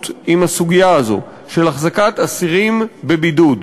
עם הסוגיה הזאת של החזקת אסירים בבידוד.